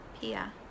Pia